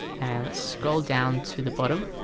and let's scroll down to the bottom